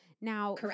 Now